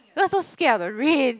cause so scared of the rain